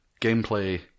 gameplay